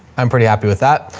i'm pretty happy with that.